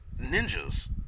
ninjas